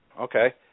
okay